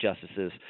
justices